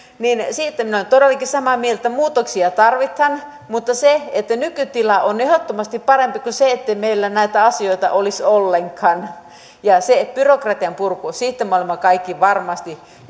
siitä minä olen todellakin samaa mieltä että muutoksia tarvitaan mutta nykytila on ehdottomasti parempi kuin se että meillä näitä asioita ei olisi ollenkaan ja se byrokratian purku siitä me olemme kaikki varmasti